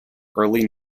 early